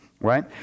right